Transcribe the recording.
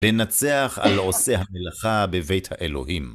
לנצח על עושה המלאכה בבית האלוהים.